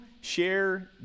share